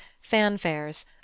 fanfares